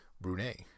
Brunei